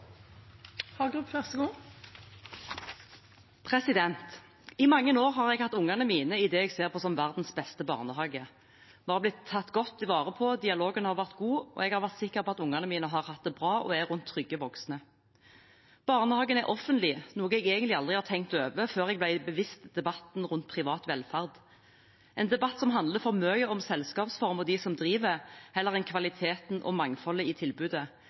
mange år har jeg hatt barna mine i det jeg ser på som verdens beste barnehage. Vi har blitt tatt godt vare på, dialogen har vært god, og jeg har vært sikker på at ungene mine har hatt det bra og er rundt trygge voksne. Barnehagen er offentlig, noe jeg egentlig aldri har tenkt over før jeg ble bevisst debatten rundt privat velferd – en debatt som handler for mye om selskapsform og dem som driver, heller enn om kvaliteten og mangfoldet i tilbudet.